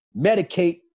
medicate